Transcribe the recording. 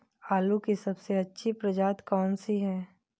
आलू की सबसे अच्छी प्रजाति कौन सी है?